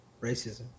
racism